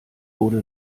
wurde